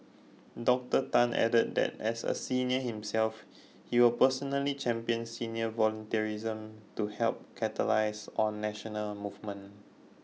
Dr Tan added that as a senior himself he will personally champion senior volunteerism to help catalyse on national movement